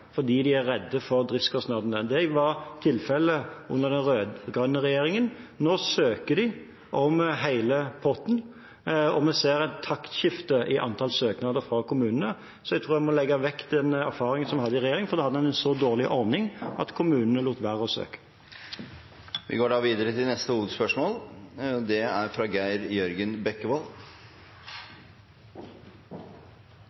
fordi de er redde for driftskostnadene. Det var tilfellet under den rød-grønne regjeringen. Nå søker de om hele potten, og vi ser et taktskifte i antall søknader fra kommunene. Så jeg tror en må legge vekk den erfaringen som en hadde i regjering, for da hadde en en så dårlig ordning at kommunene lot være å søke. Vi går videre til neste hovedspørsmål. Mitt spørsmål går til barne- og